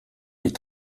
les